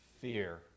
fear